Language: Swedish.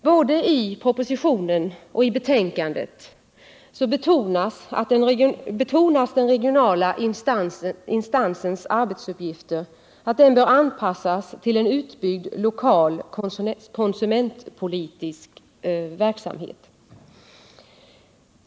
Både i propositionen och i betänkandet betonas att den regionala instansens arbetsuppgifter bör anpassas till en utbyggd lokal konsumentpolitisk verksamhet.